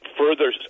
further